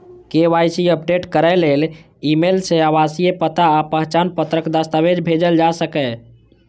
KYC update करै लेल email सं आवासीय पता आ पहचान पत्रक दस्तावेज भेजल जा सकैए